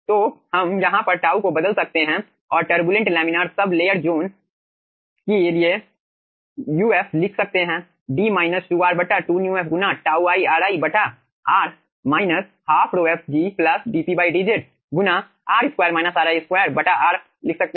तो हम यहाँ पर टाउ को बदल सकते हैं और turbulent laminar sublayer zone के लिए uf लिख सकते हैं 2 μf गुना τ i r i r ½ ρf g dP dz गुना r2 ri 2 r लिख सकते हैं है